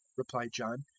replied john,